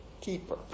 keeper